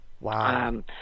Wow